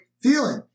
feeling